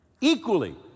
Equally